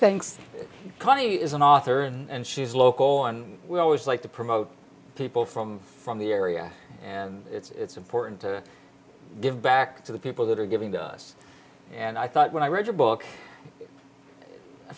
thanks connie is an author and she's local and we always like to promote people from from the area and it's important to give back to the people that are giving to us and i thought when i read your book i